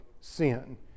sin